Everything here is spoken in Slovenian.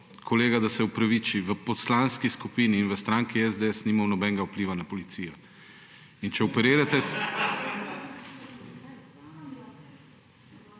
kolega, da se opraviči. V Poslanski skupini in v stranki SDS nimamo nobenega vpliva na policijo. In če operirate…